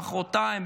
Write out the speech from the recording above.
מוחרתיים,